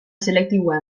selektiboa